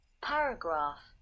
Paragraph